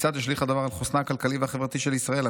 כיצד ישליך הדבר על חוסנה הכלכלי והחברתי של ישראל?